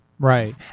Right